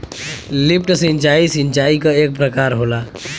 lift सिंचाई, सिंचाई क एक प्रकार होला